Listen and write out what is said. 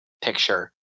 picture